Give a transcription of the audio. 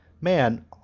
Man